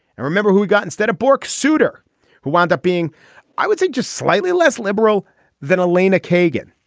and remember who who got instead of bork souter who wound up being i would say just slightly less liberal than elena kagan.